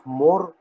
more